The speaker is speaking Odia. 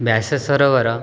ବ୍ୟାସ ସରୋବର